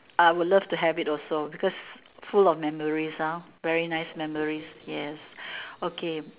I would love to have it also because full of memories lor very nice memories yes okay